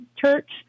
church